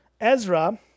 Ezra